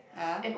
ah